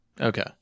Okay